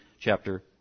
chapter